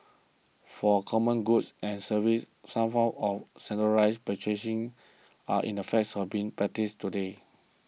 for common goods and services some forms of centralised purchasing are in the facts of being practised today